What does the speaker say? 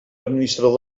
administrador